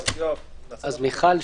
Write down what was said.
מיכל,